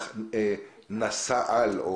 המונח מפיץ-על.